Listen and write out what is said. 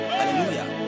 Hallelujah